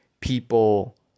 people